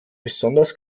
besonders